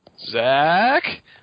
Zach